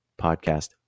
Podcast